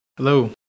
Hello